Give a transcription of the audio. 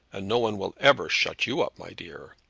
and no one will ever shut you up, my dear.